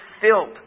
filled